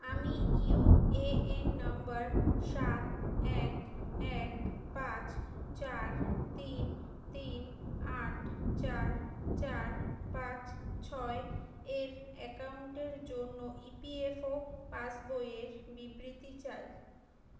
আমি UAN number সাত এক এক পাঁচ চার তিন তিন আট চার চার পাঁচ ছয় এর অ্যাকাউন্টের জন্য ইপিএফও পাসবইয়ের বিবৃতি চাই